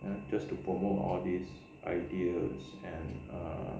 and just to promote all these ideas and err